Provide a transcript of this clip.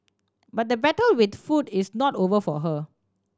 but the battle with food is not over for her